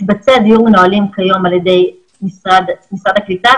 מקבצי הדיור מנוהלים כיום על-ידי משרד הקליטה,